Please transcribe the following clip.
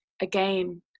again